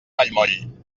vallmoll